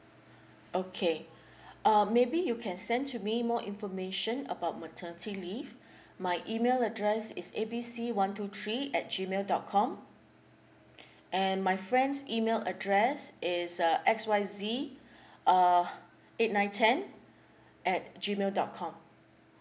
okay um maybe you can send to me more information about maternity leave my email address is A B C one two three at G mail dot com and my friend's email address is a X Y Z uh eight nine ten at G mail dot com